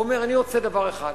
הוא אומר, אני רוצה דבר אחד,